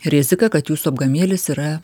rizika kad jūsų apgamėlis yra